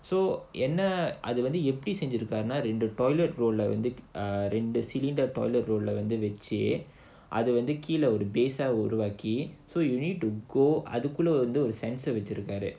so என்ன அது வந்து எப்படி செஞ்சிருக்காருன்னா ரெண்டு:enna adhu vandhu eppadi senjirukkaarunaa rendu toilet roll lah வந்து ரெண்டு:vandhu rendu cylinder toilet roll வந்து வச்சி அத வந்து கீழ:vandhu vachi adha vandhu keela base a உருவாக்கி:uruvaaki so you need to go அதுக்குள்ள ஒரு:adhukulla oru censor வச்சிருக்காரு:vachirukkaaru